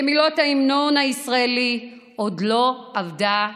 כמילות ההמנון הישראלי: "עוד לא אבדה תקוותנו".